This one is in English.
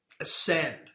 ascend